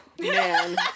man